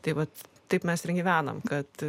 tai vat taip mes gyvename kad